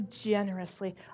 generously